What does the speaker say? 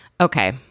okay